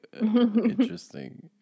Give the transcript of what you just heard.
interesting